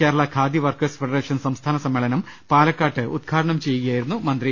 Kerala khadi workers federation സംസ്ഥാന സമ്മേളനം പാലക്കാട്ട് ഉത്ഘാടനം ചെയ്യുകയായിരുന്നു മന്ത്രി